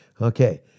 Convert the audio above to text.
Okay